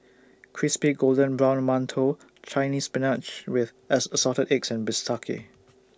Crispy Golden Brown mantou Chinese Spinach with as Assorted Eggs and Bistake